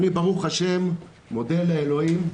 אני ברוך השם מודה לאלוהים,